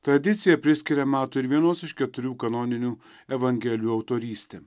tradicija priskiria mato ir vienos iš keturių kanoninių evangelijų autorystę